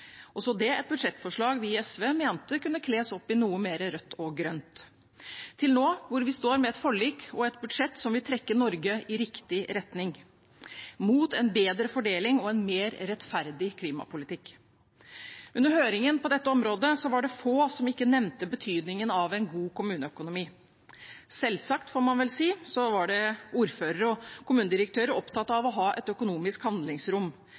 også det et budsjettforslag vi i SV mente kunne kles opp i noe mer rødt og grønt – til nå, hvor vi står med et forlik og et budsjett som vil trekke Norge i riktig retning, mot en bedre fordeling og en mer rettferdig klimapolitikk. Under høringen på dette området var det få som ikke nevnte betydningen av en god kommuneøkonomi. Selvsagt, får man vel si, var ordførere og kommunedirektører opptatt av å ha et økonomisk handlingsrom,